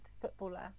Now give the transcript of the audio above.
footballer